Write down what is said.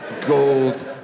gold